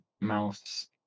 Mouse